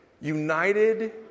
united